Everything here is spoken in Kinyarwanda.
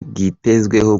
bwitezweho